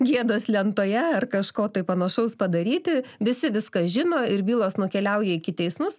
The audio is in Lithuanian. gėdos lentoje ar kažko tai panašaus padaryti visi viską žino ir bylos nukeliauja iki teismus